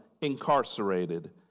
incarcerated